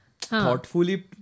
thoughtfully